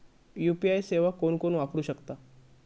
UPI सेवा कोण वापरू शकता?